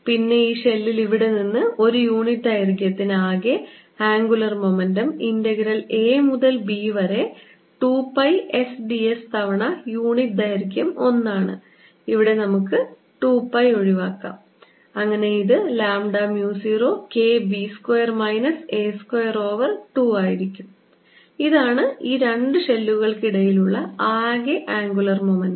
പിന്നെ ഈ ഷെല്ലിൽ ഇവിടെ നിന്ന് ഒരു യൂണിറ്റ് ദൈർഘ്യത്തിന് ആകെ ആംഗുലർ മൊമെന്റം ഇൻറഗ്രൽ a മുതൽ b വരെ 2 പൈ S d s തവണ യൂണിറ്റ് ദൈർഘ്യം 1 ആണ് ഇവിടേ നമുക്ക് 2 പൈ ഒഴിവാക്കാം അങ്ങനെ ഇത് lambda mu 0 K b square minus a square over 2 ആയിരിക്കും ഇതാണ് ഈ രണ്ട് ഷെല്ലുകൾക്കിടയിലുള്ള ആകെ ആംഗുലർ മൊമെന്റം